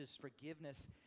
forgiveness